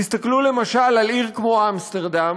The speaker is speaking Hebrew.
תסתכלו, למשל, על עיר כמו אמסטרדם,